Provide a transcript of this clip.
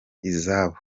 izabo